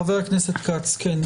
חבר הכנסת כץ, סיכום שלך.